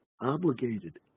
obligated